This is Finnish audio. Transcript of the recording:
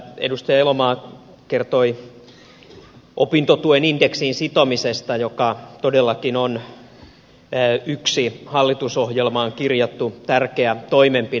edustaja elomaa kertoi opintotuen indeksiin sitomisesta joka todellakin on yksi hallitusohjelmaan kirjattu tärkeä toimenpide